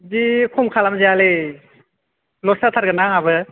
बिदि खम खालाम जायालै लस जाथारगोन आंहाबो